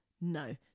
no